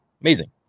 amazing